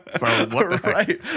Right